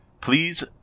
please